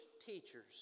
teachers